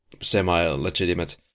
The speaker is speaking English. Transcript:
semi-legitimate